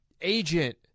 agent